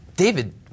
David